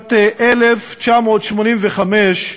בשנת 1985,